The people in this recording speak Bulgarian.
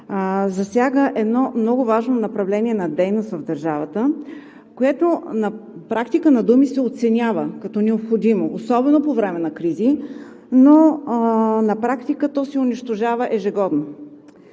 засяга едно много важно направление на дейност в държавата, което на думи се оценява като необходимо, особено по време на кризи, но на практика то се унищожава ежегодно.